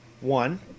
One